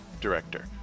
director